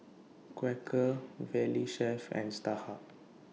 Quaker Valley Chef and Starhub